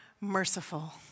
merciful